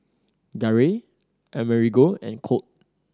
Garey Amerigo and Colt